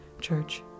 church